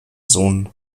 sohn